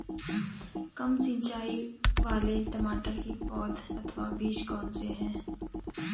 कम सिंचाई वाले टमाटर की पौध अथवा बीज कौन से हैं?